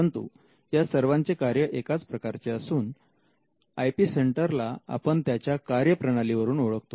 परंतु या सर्वांचे कार्य एकाच प्रकारचे असून आय पी सेंटरला आपण त्याच्या कार्यप्रणाली वरून ओळखतो